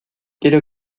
quiero